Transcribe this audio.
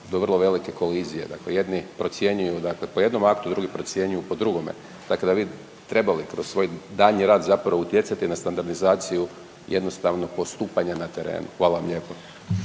do vrlo velike kolizije. Dakle, jedni procjenjuju dakle po jednom aktu, drugi procjenjuju po drugome. Dakle, da bi trebali kroz svoj daljnji rad zapravo utjecati na standardizaciju jednostavno postupanja na terenu. Hvala vam lijepo.